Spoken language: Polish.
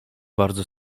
bardzo